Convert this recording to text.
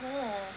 oh